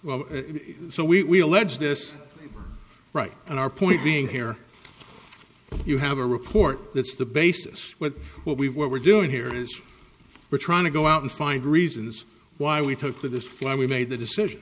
so we allege this right in our point being here you have a report that's the basis with what we've what we're doing here is we're trying to go out and find reasons why we took to this why we made the decision